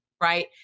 right